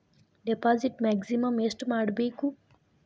Deposit maximum ಎಷ್ಟು ಮಾಡಬೇಕು?